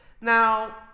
Now